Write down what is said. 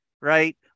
right